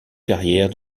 carrière